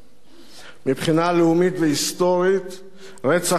מבחינה לאומית והיסטורית רצח רבין הוא